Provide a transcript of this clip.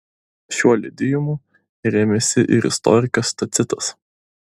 šiuo liudijimu rėmėsi ir istorikas tacitas